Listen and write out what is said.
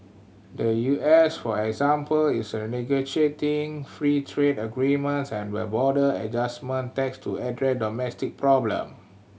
the U S for example is renegotiating free trade agreements and the border adjustment tax to address domestic problem